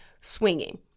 swinging